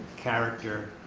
character,